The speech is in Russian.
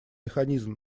механизм